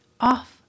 off